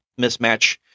mismatch